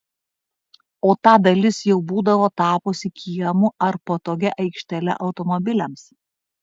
o ta dalis jau būdavo tapusi kiemu ar patogia aikštele automobiliams